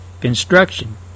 construction